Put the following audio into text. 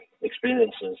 experiences